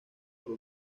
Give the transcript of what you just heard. para